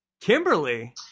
Kimberly